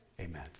Amen